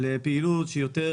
לפעילות שהיא יותר